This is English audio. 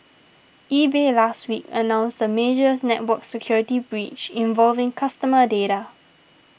eBay last week announced a major network security breach involving customer data